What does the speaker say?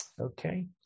Okay